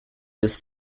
this